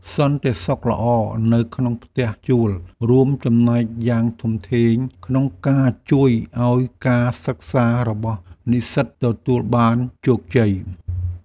សន្តិសុខល្អនៅក្នុងផ្ទះជួលរួមចំណែកយ៉ាងធំធេងក្នុងការជួយឱ្យការសិក្សារបស់និស្សិតទទួលបានជោគជ័យ។